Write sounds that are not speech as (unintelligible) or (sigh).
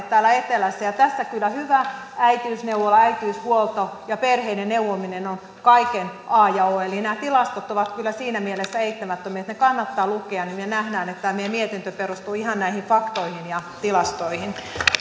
(unintelligible) täällä etelässä ja tässä kyllä hyvä äitiysneuvola äitiyshuolto ja perheiden neuvominen on kaiken a ja o eli nämä tilastot ovat kyllä siinä mielessä eittämättomiä että ne kannattaa lukea niin nähdään että tämä meidän mietintömme perustuu ihan näihin faktoihin ja tilastoihin